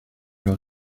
leur